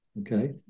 okay